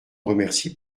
remercie